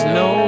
no